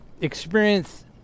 experience